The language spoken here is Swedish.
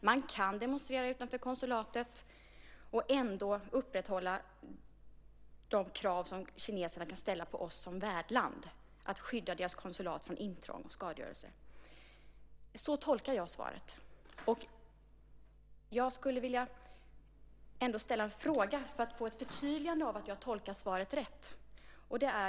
Man kan demonstrera utanför konsulatet och ändå upprätthålla de krav som kineserna kan ställa på oss som värdland att skydda deras konsulat från intrång och skadegörelse. Så tolkar jag svaret. Jag skulle vilja ställa en fråga för att få ett förtydligande av att jag har tolkat svaret rätt.